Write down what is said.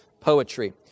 poetry